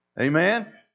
Amen